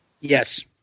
Yes